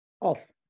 Off